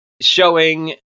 showing